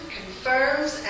confirms